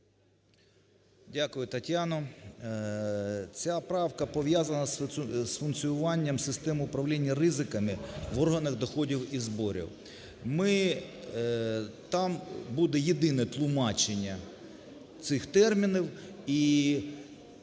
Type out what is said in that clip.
Дякую, Тетяно. Ця правка пов'язана з функціонуванням систем управлінь ризиками в органах доходів і зборів. Там буде єдине тлумачення цих термінів